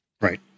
right